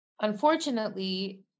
unfortunately